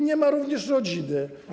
Nie ma również rodziny.